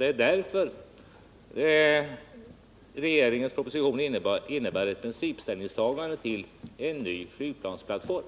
Det är anledningen till att regeringens proposition innebär ett principställningstagande för en ny flygplansplattform.